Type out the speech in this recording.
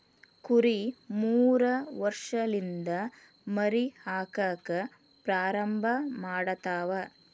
ಕುರಿ ಮೂರ ವರ್ಷಲಿಂದ ಮರಿ ಹಾಕಾಕ ಪ್ರಾರಂಭ ಮಾಡತಾವ